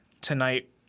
tonight